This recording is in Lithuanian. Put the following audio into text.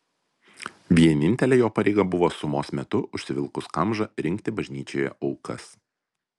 vienintelė jo pareiga buvo sumos metu užsivilkus kamžą rinkti bažnyčioje aukas